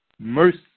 mercy